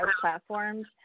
platforms